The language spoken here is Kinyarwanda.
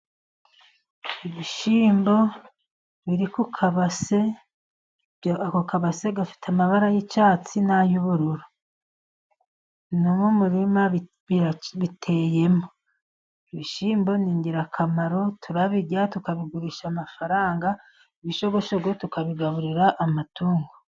Ibishyimbo biri mu kabase ako kabase gafite amabara y'icyatsi n'ay'ubururu. No mu murima biteyemo ibishyimbo ni ingirakamaro turabigurasha amafaranga ibishogoro tukabigaburira amatungo.